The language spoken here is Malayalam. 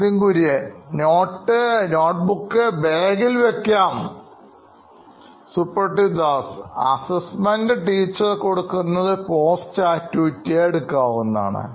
Nithin Kurian COO Knoin Electronics നോട്ട്ബുക്ക്ബാഗിൽ വെക്കാം Suprativ Das CTO Knoin Electronics assignment teacher കൊടുക്കുന്നത് ഒരു ഒരു പോസ്റ്റ് ആക്ടിവിറ്റി ആയി എടുക്കാവുന്നതാണ്